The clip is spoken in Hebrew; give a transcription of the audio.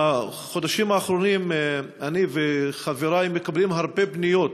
בחודשים האחרונים אני וחברי מקבלים הרבה פניות